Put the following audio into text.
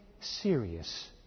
serious